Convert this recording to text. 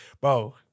bro